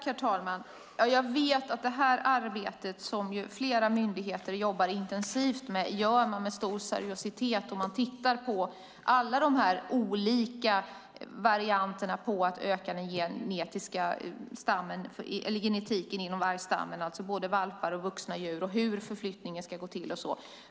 Herr talman! Jag vet att detta arbete som flera myndigheter jobbar intensivt med sker med stor seriositet, och man tittar på alla olika varianter av att förstärka vargstammen genetiskt när det gäller både valpar och vuxna djur och hur förflyttningen ska gå till.